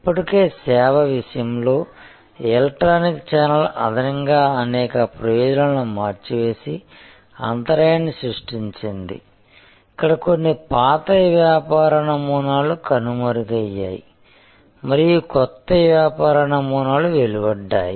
ఇప్పటికే సేవ విషయంలో ఎలక్ట్రానిక్ ఛానల్ అదనంగా అనేక ప్రయోజనాలను మార్చివేసి అంతరాయాన్ని సృష్టించింది ఇక్కడ కొన్ని పాత వ్యాపార నమూనాలు కనుమరుగయ్యాయి మరియు కొత్త వ్యాపార నమూనాలు వెలువడ్డాయి